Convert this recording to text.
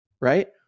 right